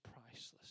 priceless